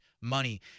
money